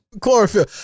Chlorophyll